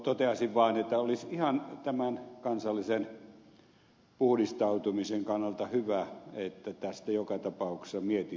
toteaisin vaan että olisi ihan kansallisen puhdistautumisen kannalta hyvä että tästä joka tapauksessa mietti